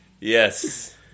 Yes